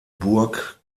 burg